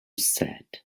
set